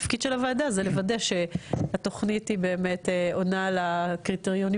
התפקיד של הוועדה לוודא שהתוכנית היא באמת עונה על הקריטריונים